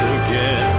again